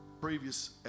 Previous